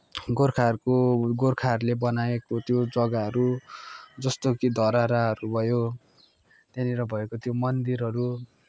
गोर्खाहरूको गोर्खाहरूले बनाएको त्यो जग्गाहरू जस्तो कि धरहराहरू भयो त्यहाँनिर भएको त्यो मन्दिरहरू